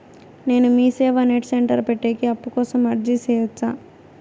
నేను Meeseva net centre పెట్టేకి అప్పు కోసం అర్జీ సేయొచ్చా?